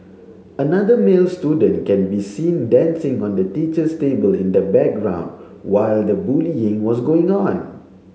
another male student can be seen dancing on the teacher's table in the background while the bullying was going on